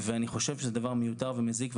אני חושב שזה דבר מיותר ומזיק.